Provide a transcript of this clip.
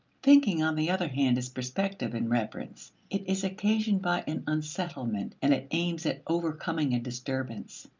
thinking, on the other hand, is prospective in reference. it is occasioned by an unsettlement and it aims at overcoming a disturbance.